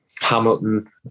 Hamilton